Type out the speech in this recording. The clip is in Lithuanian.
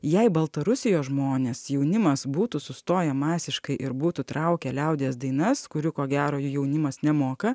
jei baltarusijos žmonės jaunimas būtų sustoję masiškai ir būtų traukę liaudies dainas kurių ko gero jaunimas nemoka